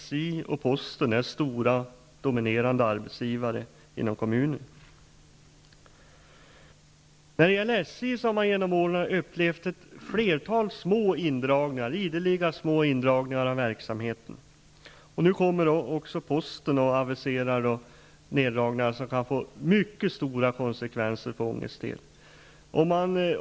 SJ och posten är stora och dominerande arbetsgivare inom kommunen. När det gäller SJ har man under årens lopp ideligen fått uppleva små indragningar av verksamheten. Och nu aviserar posten neddragningar som kan få mycket stora konsekvenser för Ånges del.